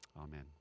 amen